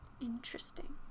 interesting